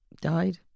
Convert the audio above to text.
died